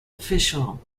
official